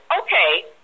okay